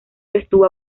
estuvo